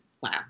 wow